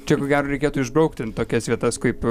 čia ko gero reikėtų išbraukti tokias vietas kaip